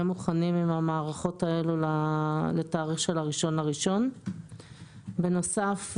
מוכנים עם המערכות האלה לתאריך 1.1. בנוסף,